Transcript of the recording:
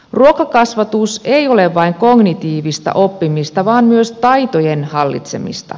ruokakasvatus ei ole vain kognitiivista oppimista vaan myös taitojen hallitsemista